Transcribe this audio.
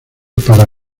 para